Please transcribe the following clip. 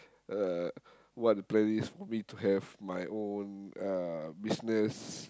uh what the plan is for me to have my own uh business